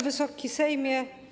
Wysoki Sejmie!